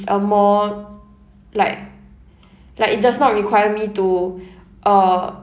a more like like it does not require me to uh